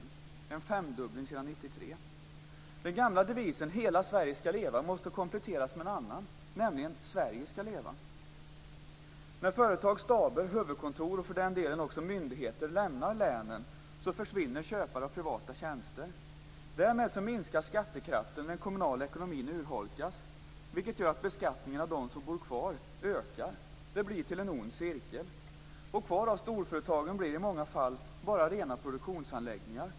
Det är en femdubbling sedan 1993. Den gamla devisen "Hela Sverige skall leva" måste kompletteras med en annan, nämligen: Sverige skall leva. När företags staber och huvudkontor - och för den delen också myndigheter - lämnar länen, försvinner köpare av privata tjänster. Därmed minskar skattekraften och den kommunala ekonomin urholkas. Det gör att beskattningen av dem som bor kvar ökar. Det blir en ond cirkel. Kvar av storföretagen blir i många fall bara rena produktionsanläggningar.